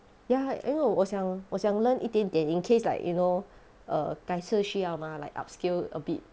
ya 因为我想我想 learn 一点点 in case like you know err 改成需要嘛 like upskill a bit